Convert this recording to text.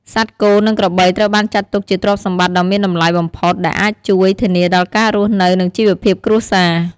សត្វគោ និងក្របីត្រូវបានចាត់ទុកជាទ្រព្យសម្បត្តិដ៏មានតម្លៃបំផុត ដែលអាចជួយ ធានាដល់ការរស់នៅ និង ជីវភាពគ្រួសារ។